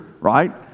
right